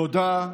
תודה,